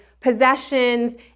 possessions